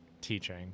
teaching